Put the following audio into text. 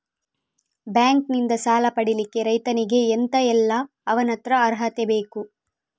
Bank ನಿಂದ ಸಾಲ ಪಡಿಲಿಕ್ಕೆ ರೈತನಿಗೆ ಎಂತ ಎಲ್ಲಾ ಅವನತ್ರ ಅರ್ಹತೆ ಬೇಕು?